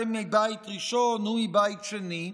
זה מבית ראשון, הוא מבית שני.